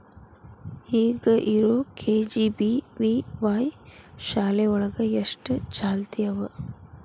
ಈಗ ಇರೋ ಕೆ.ಜಿ.ಬಿ.ವಿ.ವಾಯ್ ಶಾಲೆ ಒಳಗ ಎಷ್ಟ ಚಾಲ್ತಿ ಅವ?